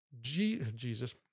Jesus